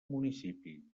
municipi